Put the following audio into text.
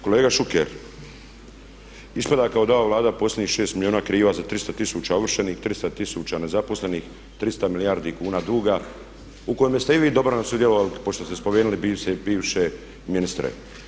Kolega Šuker, ispada kao da ova Vlada posljednjih 6 milijuna kriva za 300 tisuća ovršenih, 300 tisuća nezaposlenih, 300 milijardi kuna duga u kojemu ste i vi dobrano sudjelovali pošto ste spomenuli bivše ministre.